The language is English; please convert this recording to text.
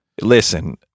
Listen